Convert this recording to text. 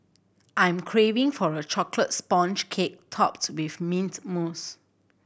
I'm craving for a chocolate sponge cake topped with mint mousse